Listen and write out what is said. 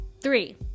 Three